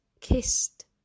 kissed